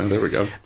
and there we go.